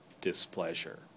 displeasure